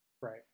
right